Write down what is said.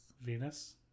Venus